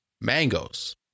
mangoes